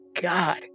God